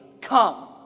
come